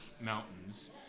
mountains